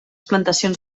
plantacions